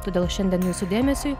todėl šiandien jūsų dėmesiui